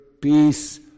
peace